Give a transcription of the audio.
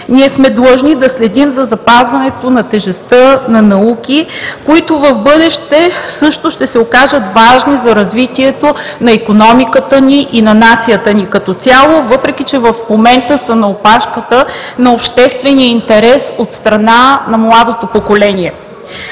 Ние сме длъжни да следим за запазването на тежестта на науки, които в бъдеще също ще се окажат важни за развитието на икономиката ни и на нацията ни като цяло, въпреки че в момента са на опашката на обществения интерес от страна на младото поколение.